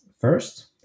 first